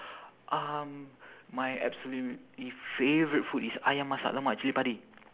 um my absolutely favourite food is ayam masak lemak cili padi